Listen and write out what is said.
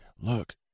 look